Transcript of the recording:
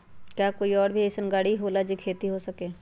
का कोई और भी अइसन और गाड़ी होला जे से खेती हो सके?